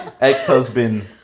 ex-husband